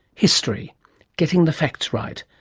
history getting the facts right,